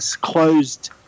closed